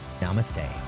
namaste